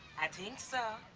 i think so.